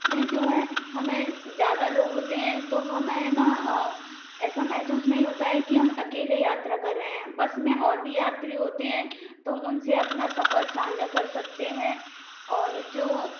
में जो है हमें ज़्यादा लोग होते है तो हमें ना ऐसा महसूस नही होता है कि हम अकेले यात्रा कर रहे है बस में और भी यात्री होते है तो उनसे अपना सफ़र साझा कर सकते है और जो